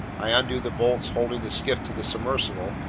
i undo the bolts holding the skiff to the submersible,